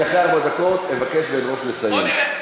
אני אחרי ארבע דקות אבקש ואדרוש לסיים.